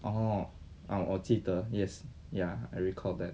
oh oh 我记得 yes ya I recall that